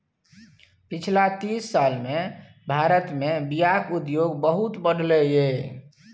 पछिला तीस साल मे भारत मे बीयाक उद्योग बहुत बढ़लै यै